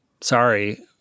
sorry